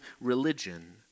religion